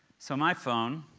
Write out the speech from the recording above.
so my phone